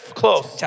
close